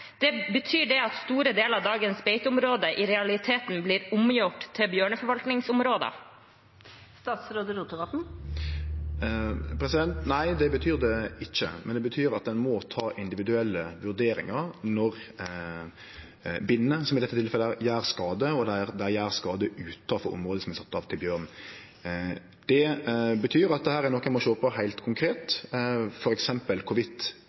Betyr det at store deler av dagens beiteområder i realiteten blir omgjort til bjørneforvaltningsområder? Nei, det betyr det ikkje. Men det betyr at ein må ta individuelle vurderingar når binner, som i dette tilfellet, gjer skade, og dei gjer skade utanfor område som er sett av til bjørn. Det betyr at dette er noko eg må sjå på heilt konkret,